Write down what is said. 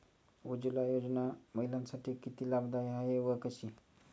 उज्ज्वला योजना महिलांसाठी किती लाभदायी आहे व कशी?